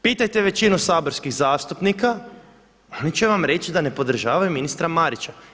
Pitajte većinu saborskih zastupnika, oni će vam reći da ne podržavaju ministra Marića.